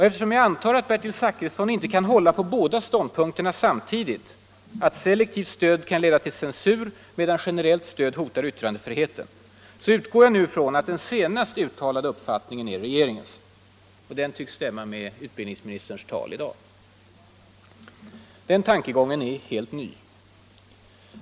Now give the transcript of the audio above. Eftersom jag antar att Bertil Zachrisson inte kan hålla på båda ståndpunkterna samtidigt — att selektivt stöd kan leda till ”censur” medan generellt stöd hotar ”yttrandefriheten” — utgår jag nu ifrån att den senast uttalade uppfattningen är regeringens. Det tycks stämma med utbildningsministerns tal i dag. Den tankegången är ny.